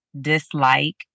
dislike